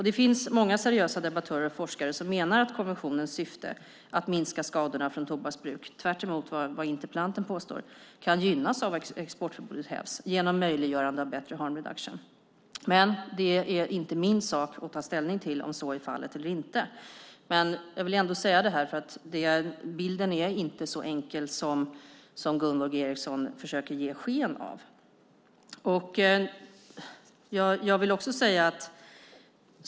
Det finns många seriösa debattörer och forskare som menar att konventionens syfte att minska skadorna från tobaksbruk, tvärtemot vad interpellanten påstår, kan gynnas av att exportförbudet hävs genom möjliggörande av bättre harm reduction. Men det är inte min sak att ta ställning till om så är fallet eller inte. Jag vill ändå säga detta eftersom bilden inte är så enkel som Gunvor G Ericson försöker ge sken av.